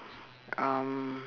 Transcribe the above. um